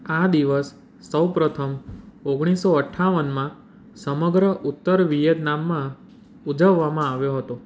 આ દિવસ સૌપ્રથમ ઓગણીસો અઠાવનમાં સમગ્ર ઉત્તર વિયેતનામમાં ઊજવવામાં આવ્યો હતો